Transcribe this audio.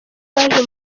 baje